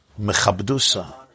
mechabdusa